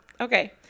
Okay